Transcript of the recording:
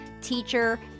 teacher